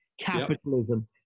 Capitalism